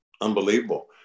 unbelievable